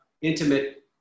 intimate